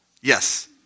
Yes